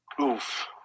Oof